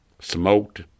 smoked